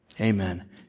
Amen